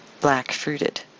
black-fruited